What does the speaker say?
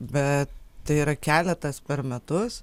bet tai yra keletas per metus